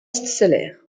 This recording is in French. seller